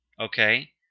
Okay